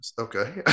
Okay